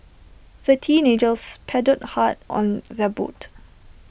the teenagers paddled hard on their boat